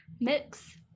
mix